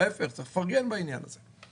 ההיפך, צריך לפרגן בעניין הזה,